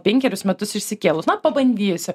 penkerius metus išsikėlus na pabandysiu